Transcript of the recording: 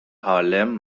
هارلِم